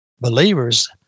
believers